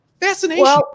Fascination